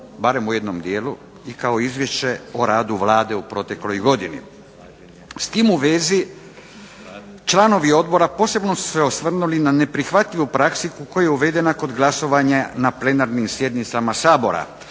barem u jednom dijelu, i kao Izvješće o radu Vlade u protekloj godini. S tim u vezi članovi odbora posebno su se osvrnuli na neprihvatljivu praksu koja je uvedena kod glasovanja na plenarnim sjednicama Sabora,